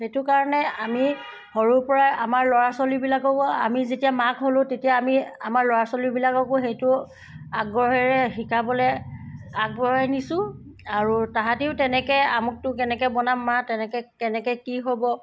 সেইটো কাৰণে আমি সৰুৰ পৰাই আমাৰ ল'ৰা ছোৱালীবিলাককো আমি যেতিয়া মাক হ'লো তেতিয়া আমি আমাৰ ল'ৰা ছোৱালীবিলাককো সেইটো আগ্ৰহেৰে শিকাবলৈ আগবঢ়াই নিছো আৰু তাঁহাতিও তেনেকৈ আমুকটো কেনেকৈ বনাম মা তেনেকৈ কেনেকৈ কি হ'ব